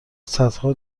صدها